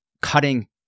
cutting